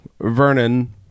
Vernon